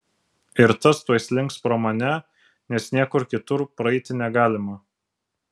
ir tas tuoj slinks pro mane nes niekur kitur praeiti negalima